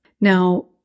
Now